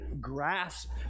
grasp